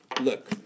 Look